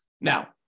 Now